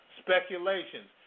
speculations